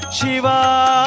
Shiva